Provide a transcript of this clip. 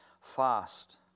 fast